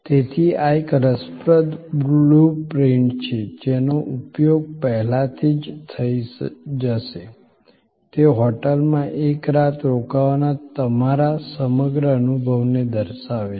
તેથી આ એક રસપ્રદ બ્લુ પ્રિન્ટ છે જેનો ઉપયોગ પહેલાથી જ થઈ જશે તે હોટેલમાં એક રાત રોકાવાના તમારા સમગ્ર અનુભવને દર્શાવે છે